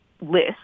list